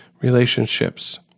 relationships